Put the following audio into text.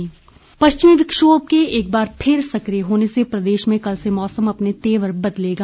मौसम पश्चिमी विक्षोभ के एक बार फिर सकिय होने से प्रदेश में कल से मौसम अपने तेवर बदलेगा